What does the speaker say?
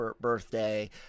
birthday